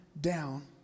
down